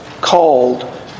called